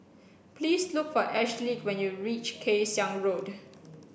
please look for Ashleigh when you reach Kay Siang Road